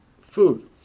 food